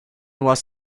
was